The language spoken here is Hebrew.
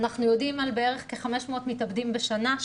אנחנו יודעים על בערך 500 מתאבדים בשנה,